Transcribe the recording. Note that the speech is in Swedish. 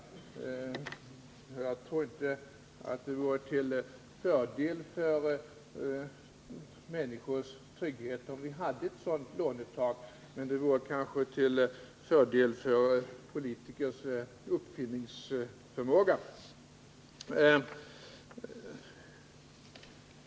Jag tror inte att det vore till fördel för människors trygghet om vi hade ett sådant lånetak, men det vore kanske till fördel när det gäller politikers uppfinningsförmåga.